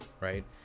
right